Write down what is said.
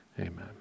Amen